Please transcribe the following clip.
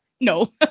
No